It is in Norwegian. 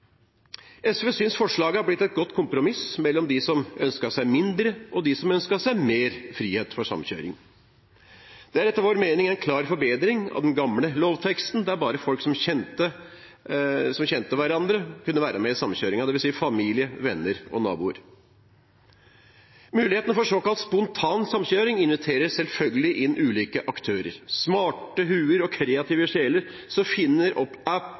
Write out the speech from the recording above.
SV synes forslaget har blitt et godt kompromiss mellom dem som ønsket seg mindre, og dem som ønsket seg mer frihet for samkjøring. Det er etter vår mening en klar forbedring av den gamle lovteksten, der bare folk som kjente hverandre, kunne være med i samkjøringen, dvs. familie, venner og naboer. Muligheten for såkalt spontan samkjøring inviterer selvfølgelig inn ulike aktører, smarte hoder og kreative sjeler, som finner opp